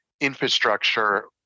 infrastructure